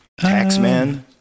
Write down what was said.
Taxman